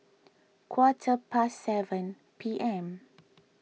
quarter past seven P M